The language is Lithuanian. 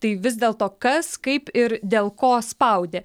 tai vis dėlto kas kaip ir dėl ko spaudė